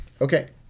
Okay